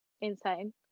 insane